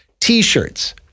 t-shirts